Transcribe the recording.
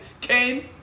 Cain